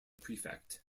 prefect